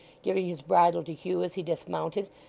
giving his bridle to hugh as he dismounted,